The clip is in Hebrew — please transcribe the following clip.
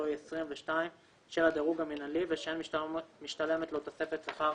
היא 22 של הדירוג המינהלי ושאין משתלמת לו תוספת שכר